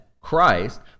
Christ